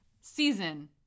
season